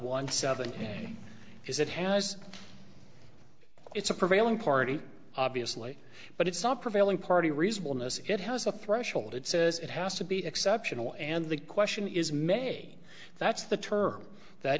one seven because it has it's a prevailing party obviously but it's not prevailing party reasonable in this it has a threshold it says it has to be exceptional and the question is may that's the term that